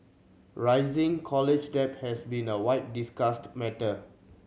rising college debt has been a widely discussed matter